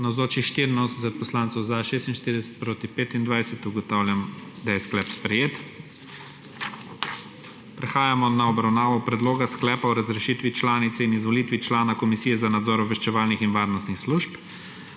46, proti 25. (Za je glasovalo 46.) (Proti 25.) Ugotavljam, da je sklep sprejet. Prehajamo na obravnavo Predloga sklepa o razrešitvi članice in izvolitvi člana Komisije za nadzor obveščevalnih in varnostnih služb.